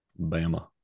Bama